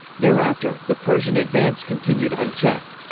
thereafter, the persian advance continued unchecked.